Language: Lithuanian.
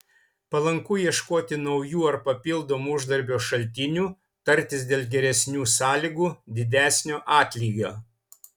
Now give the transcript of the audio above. palanku ieškoti naujų ar papildomų uždarbio šaltinių tartis dėl geresnių sąlygų didesnio atlygio